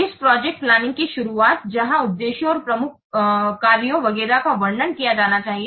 इस project planning की शुरूआत जहां उद्देश्यों और प्रमुख कार्यों वगैरह का वर्णन किया जाना चाहिए